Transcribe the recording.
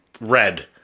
Red